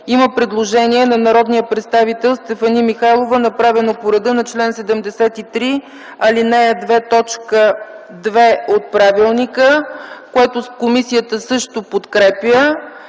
Има предложение от народния представител Стефани Михайлова, направено по реда на чл. 73, ал. 2, т. 2 от правилника, което комисията също подкрепя.